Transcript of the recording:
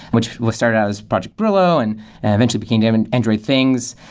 which was started as project brillo and and eventually became um and android things.